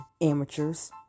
amateurs